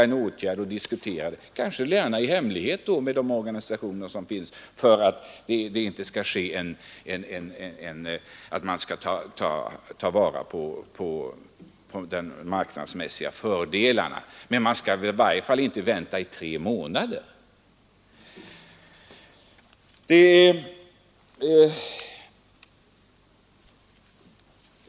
Man skall kunna diskutera med berörda organisationer — gärna i hemlighet för att ingen skall frestas att ta vara på de marknadsmässiga fördelarna. Och under alla förhållanden skall man inte vänta i tre månader.